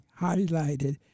highlighted